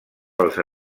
pels